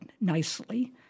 nicely